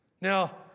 Now